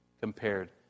compared